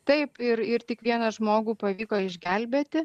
taip ir ir tik vieną žmogų pavyko išgelbėti